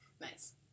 Nice